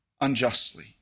unjustly